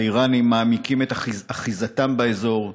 האיראנים מעמיקים את אחיזתם באזור,